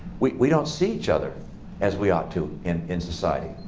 we we don't see each other as we ought to in in society.